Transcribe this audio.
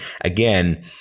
again